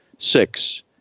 Six